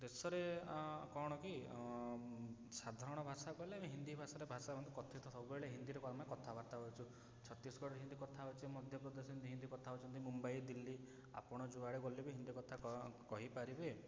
ଦେଶରେ କଣ କି ସାଧାରଣ ଭାଷା କହିଲେ ଆମେ ହିନ୍ଦୀ ଭାଷାରେ ଭାଷା ହୁଅନ୍ତୁ କଥିତ ସବୁବେଳେ ହିନ୍ଦୀରେ ଆମେ କଥାବାର୍ତ୍ତା ହେଉଛୁ ଛତିଶଗଡ଼ ହିନ୍ଦୀ କଥା ହେଉଛି ମଧ୍ୟପ୍ରଦେଶରେ ହିନ୍ଦୀ କଥା ହେଉଛନ୍ତି ମୁମ୍ବାଇ ଦିଲ୍ଲୀ ଆପଣ ଯୁଆଡ଼େ ଗଲେ ବି ହିନ୍ଦୀ କଥା କହିପାରିବେ